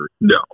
No